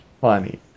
funny